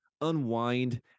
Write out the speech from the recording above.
unwind